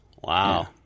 Wow